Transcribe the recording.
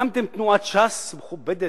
הקמתם תנועת ש"ס מכובדת,